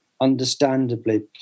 understandably